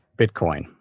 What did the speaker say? Bitcoin